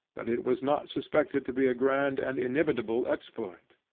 that it was not suspected to be a grand and inimitable exploit.